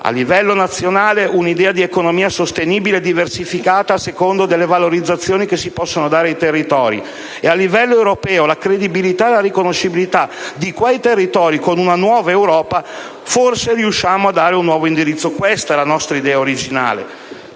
a livello nazionale, un'idea di economia sostenibile e diversificata a seconda delle valorizzazioni che si possono dare ai territori e, a livello europeo, la credibilità e la riconoscibilità di quei territori con una nuova Europa. Allora, forse riusciamo a dare un nuovo indirizzo. Questa è la nostra idea originale.